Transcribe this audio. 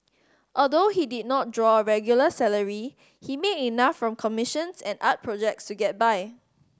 although he did not draw a regular salary he made enough from commissions and art projects to get by